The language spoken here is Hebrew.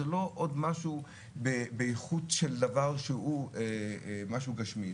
זה לא עוד משהו באיכות של דבר שהוא משהו גשמי,